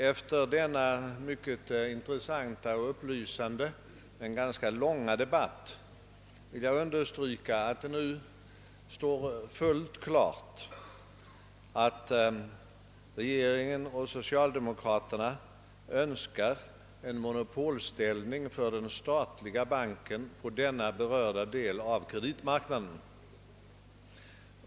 Efter denna mycket intressanta och upplysande men långa debatt vill jag understryka, att det nu står fullt klart att regeringen och socialdemokraterna önskar en monopolställning för den statliga banken och den därav berörda delen av kapitalmarknaden.